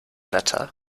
letter